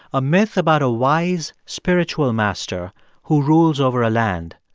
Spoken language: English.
a myth about a wise spiritual master who rules over a land.